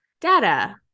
data